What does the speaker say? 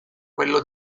quello